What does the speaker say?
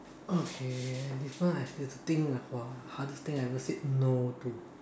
okay this one I have to think lah !wah! hardest thing I have ever said no to